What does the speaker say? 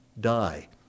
die